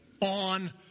on